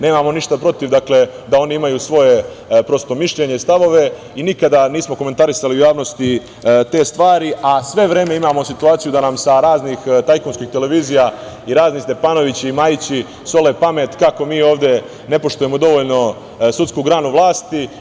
Nemamo ništa protiv da oni imaju svoje mišljenje i stavove, i nikada nismo komentarisali u javnosti te stvari, a sve vreme imamo situaciju da nam sa raznih tajkunskih televizija, razni Stepanovići i Majići, sole pamet kako mi ovde ne poštujemo dovoljno sudsku granu vlasti.